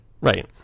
right